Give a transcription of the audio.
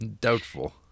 Doubtful